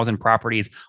properties